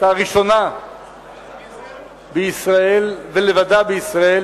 היתה ראשונה בישראל ולבדה בישראל,